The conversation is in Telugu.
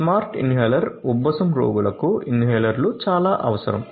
స్మార్ట్ ఇన్హేలర్ ఉబ్బసం రోగులకు ఇన్హేలర్లు చాలా అవసరం